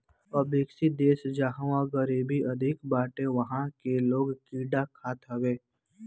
अविकसित देस जहवा गरीबी अधिका बाटे उहा के लोग कीड़ा खात हवे